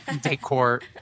decor